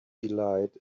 delight